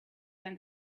when